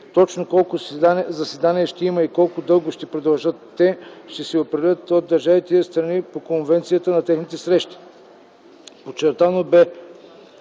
Точно колко заседания ще има и колко дълго ще продължат те, ще се определя от държавите – страни по конвенцията, на техните срещи.